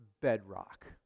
bedrock